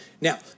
Now